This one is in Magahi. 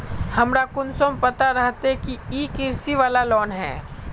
हमरा कुंसम पता रहते की इ कृषि वाला लोन है?